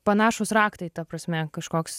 panašūs raktai ta prasme kažkoks